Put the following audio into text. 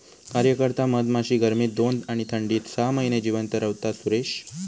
कार्यकर्ता मधमाशी गर्मीत दोन आणि थंडीत सहा महिने जिवंत रव्हता, सुरेश